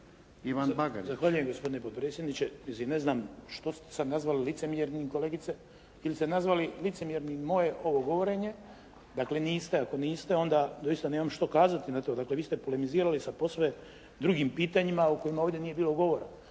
Zahvaljujem gospodine potpredsjedniče. U biti ne znam što ste sad nazvali licemjernim kolegice ili ste nazvali licemjernim i moje ovo govorenje. Dakle niste, ako niste onda doista nemam što kazati na to. Dakle, vi ste polemizirali sa posve drugim pitanjima o kojima ovdje nije bilo govora.